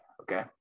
okay